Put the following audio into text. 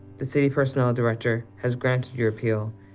the city personnel director has granted your appeal,